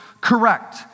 correct